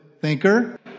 thinker